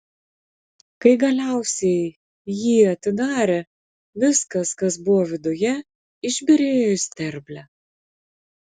kai galiausiai jį atidarė viskas kas buvo viduje išbyrėjo į sterblę